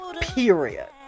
period